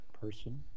person